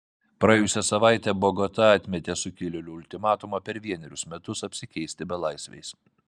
praėjusią savaitę bogota atmetė sukilėlių ultimatumą per vienerius metus apsikeisti belaisviais